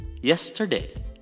yesterday